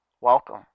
Welcome